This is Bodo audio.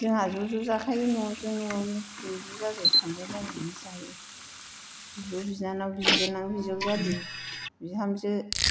जोंहा ज' ज' जाखायो न'आवजों न'आवनो ज' ज' जाजाय संलायलायनानै जायो बिब' बिनानाव बिबोनां बिजावजालि बिहामजो